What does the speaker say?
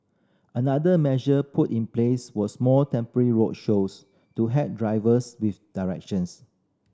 another measure put in place was more temporary road shows to help drivers with directions